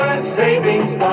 savings